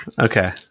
Okay